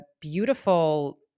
beautiful